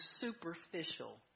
superficial